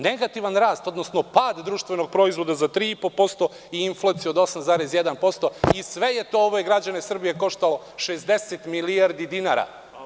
Negativan rast, odnosno pad društvenog proizvoda za 3,5% i inflaciju od 8,1% i sve je to ove građane Srbije koštalo 60 milijardi dinara.